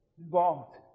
Involved